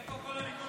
איפה כל הליכודניקים?